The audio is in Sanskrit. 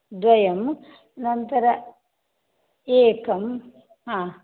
द्वयं अनन्तरम् एकं हा